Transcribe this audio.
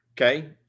Okay